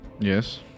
Yes